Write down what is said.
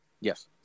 Yes